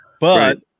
but-